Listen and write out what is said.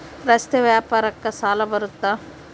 ರಸ್ತೆ ವ್ಯಾಪಾರಕ್ಕ ಸಾಲ ಬರುತ್ತಾ?